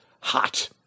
hot